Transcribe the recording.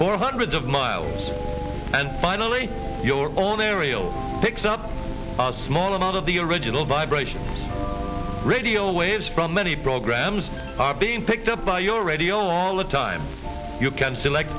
for hundreds of miles and finally your own aerial picks up a small amount of the original vibration radio waves from many programs are being picked up by your radio all the time you can select